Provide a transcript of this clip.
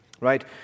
right